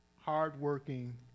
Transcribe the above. hard-working